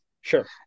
Sure